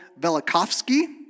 Velikovsky